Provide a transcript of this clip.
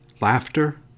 laughter